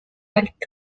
alt